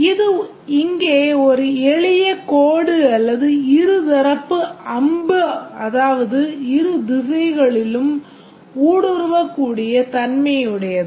இது இங்கே ஒரு எளிய கோடு அல்லது இருதரப்பு அம்பு அதாவது இரு திசைகளிலும் ஊடுருவக்கூடிய தன்மையுடையது